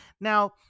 Now